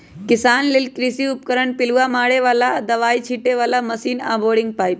किसान लेल कृषि उपकरण पिलुआ मारे बला आऽ दबाइ छिटे बला मशीन आऽ बोरिंग पाइप